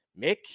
Mick